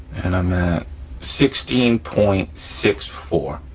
and i'm at sixteen point six four,